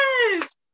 yes